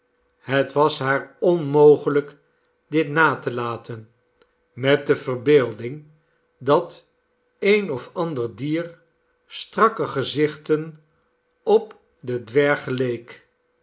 het was haar onmogelijk dit na te laten met de verbeelding dat een of ander dier strakke gezichten op den dwerg geleek